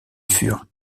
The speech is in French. furent